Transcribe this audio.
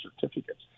certificates